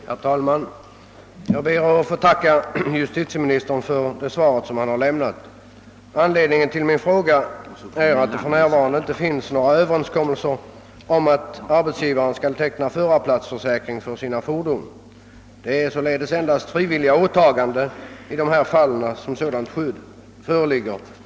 Herr talman! Jag ber att få tacka justitieministern för det svar han lämnat. Anledningen till min fråga är att det för närvarande inte finns någon öÖöverenskommelse om att arbetsgivare skall teckna förarplatsförsäkring för sina fordon. Det är därför endast genom frivilliga åtaganden som sådant skydd lämnas.